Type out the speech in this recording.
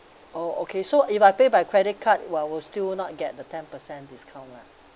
oh okay so if I pay by credit card uh would still not get the ten percent discount lah